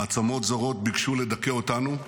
מעצמות זרות ביקשו לדכא אותנו,